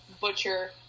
butcher